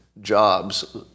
jobs